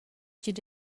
chi’d